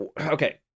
okay